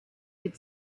could